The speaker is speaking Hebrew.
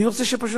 אני רוצה שפשוט,